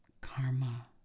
karma